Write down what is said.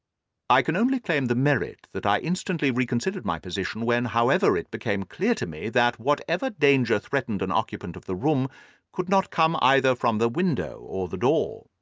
i can only claim the merit that i instantly reconsidered my position when, however, it became clear to me that whatever danger threatened an occupant of the room could not come either from the window or the door.